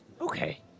Okay